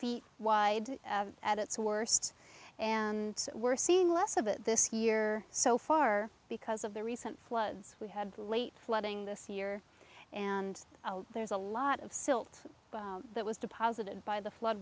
feet wide at its worst and we're seeing less of it this year so far because of the recent floods we had late flooding this year and there's a lot of silt that was deposited by the flood